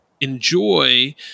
enjoy